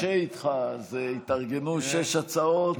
שקשה איתך, אז התארגנו שש הצעות,